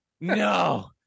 no